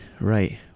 right